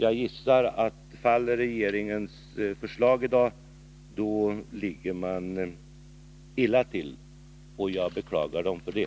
Jag gissar att faller regeringens förslag i dag ligger skogsbrukets folk ganska illa. Jag beklagar dem för det.